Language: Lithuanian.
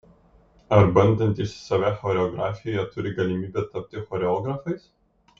ar bandantys save choreografijoje turi galimybę tapti choreografais